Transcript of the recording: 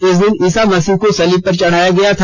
इस दिन ईसा मसीह को सलीब पर चढ़ाया गया था